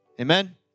Amen